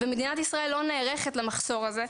ומדינת ישראל לא נערכת למחסור הזה.